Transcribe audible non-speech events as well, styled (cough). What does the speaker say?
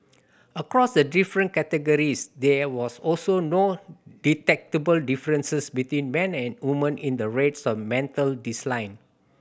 across the different categories there was also no detectable differences between men and women in the rates of mental (unintelligible) line